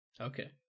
Okay